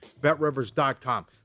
BetRivers.com